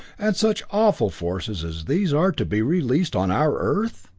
and such awful forces as these are to be released on our earth!